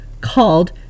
called